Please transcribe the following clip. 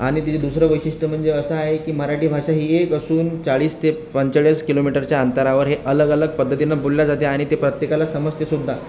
आणि तिचं दुसरं वैशिष्ट्य म्हणजे असं आहे की मराठी भाषा ही एक असून चाळीस ते पंचेचाळीस किलोमीटरच्या अंतरावर हे अलगअलग पद्धतीनं बोलली जाते आणि ते प्रत्येकाला समजते सुद्धा